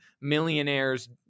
millionaires